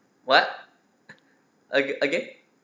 what a~ again